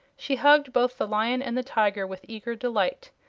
she hugged both the lion and the tiger with eager delight,